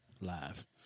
live